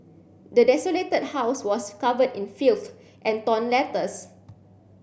the desolated house was covered in filth and torn letters